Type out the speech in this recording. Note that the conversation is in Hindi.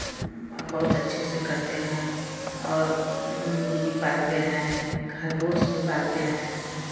बहुत अच्छे से करते हैं और मुर्गी पालते हैं खरगोश भी पालते हैं